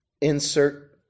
Insert